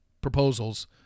proposals